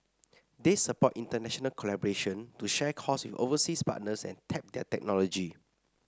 they support international collaboration to share costs with overseas partners and tap their technology